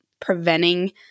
preventing